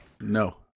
No